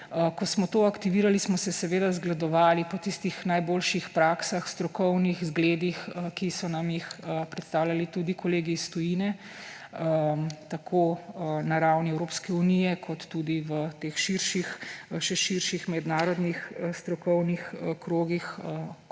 Ko smo to aktivirali, smo se seveda zgledovali po tistih najboljših praksah, strokovnih zgledih, ki so nam jih predstavljali tudi kolegi iz tujine tako na ravni Evropske unije kot tudi v teh širših mednarodnih strokovnih krogih,